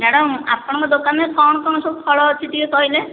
madam ଆପଣଙ୍କ ଦୋକାନରେ କଣ କଣ ସବୁ ଫଳ ଅଛି ଟିକେ କହିଲେ